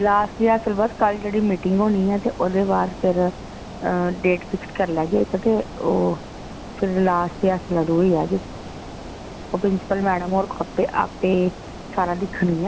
last rehearsal होनी ओह्दे बाद फिर मिटिंग होनी डेट फिक्स करी लैगे ते ओह् लॉस्ट रिहर्सल अदूं होई जाह्ग ओह् प्रिंसीपल मैडम होरें कल्ल आपें दिक्खनी